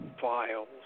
files